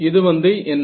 இது வந்து என்ன